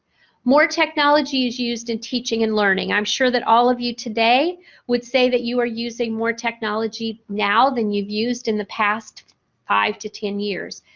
more technology is used in teaching and learning. i'm sure that all of you today would say that you are using more technology now than you've used in the past five to ten years.